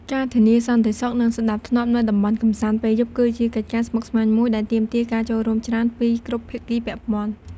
ការធានាសន្តិសុខ និងសណ្តាប់ធ្នាប់នៅតំបន់កម្សាន្តពេលយប់ គឺជាកិច្ចការស្មុគស្មាញមួយដែលទាមទារការចូលរួមច្រើនពីគ្រប់ភាគីពាក់ព័ន្ធ។